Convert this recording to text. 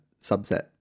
subset